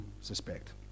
suspect